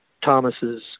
Thomas's